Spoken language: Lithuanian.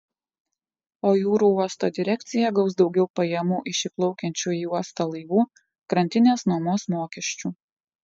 o jūrų uosto direkcija gaus daugiau pajamų iš įplaukiančių į uostą laivų krantinės nuomos mokesčių